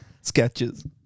sketches